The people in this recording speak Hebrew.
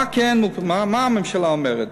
מה הממשלה אומרת?